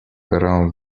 around